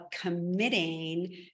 committing